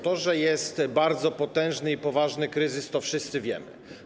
To, że jest bardzo potężny i poważny kryzys, to wszyscy wiemy.